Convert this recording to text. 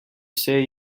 say